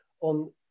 on